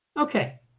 Okay